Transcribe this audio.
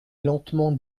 lentement